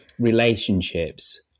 relationships